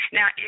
Now